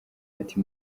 ati